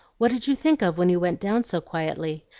what did you think of when you went down so quietly?